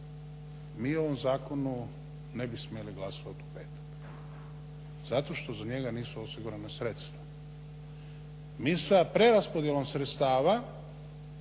mi u ovom zakonu ne bi smjeli glasovat u petak zato što za njega nisu osigurana sredstva. Mi sa preraspodjelom sredstava